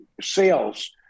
sales